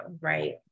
Right